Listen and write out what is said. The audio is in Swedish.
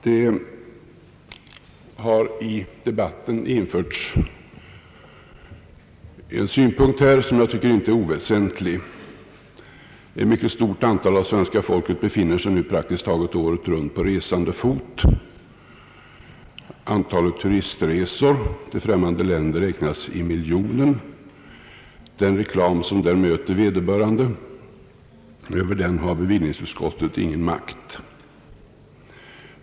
Det har i debatten anförts en synpunkt som enligt min mening inte är oväsentlig. En mycket stor del av svenska folket befinner sig nu praktiskt taget året runt på resande fot. Antalet turistresor till främmande länder räknas i miljoner. Över den reklam som där möter vederbörande har bevillningsutskottet ingen makt.